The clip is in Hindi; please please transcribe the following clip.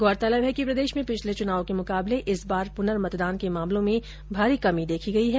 गौरतलब है कि प्रदेश में पिछले चुनावों के मुकाबले इस बार पुनर्मतदान के मामलों में भारी कमी देखी गई है